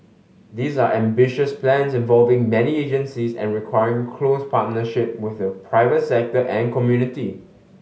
these are ambitious plans involving many agencies and requiring close partnership with the private sector and community